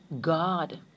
God